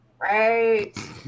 Right